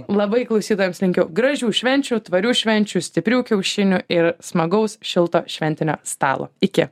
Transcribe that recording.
labai klausytojams linkiu gražių švenčių tvarių švenčių stiprių kiaušinių ir smagaus šilto šventinio stalo iki